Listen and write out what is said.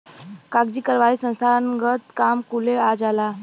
कागजी कारवाही संस्थानगत काम कुले आ जाला